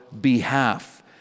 behalf